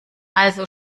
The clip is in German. also